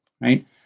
right